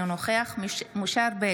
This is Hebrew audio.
אינו נוכח משה ארבל,